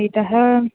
इतः